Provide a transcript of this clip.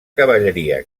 cavalleria